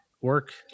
work